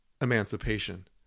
emancipation